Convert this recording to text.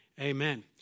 amen